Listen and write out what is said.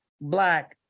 black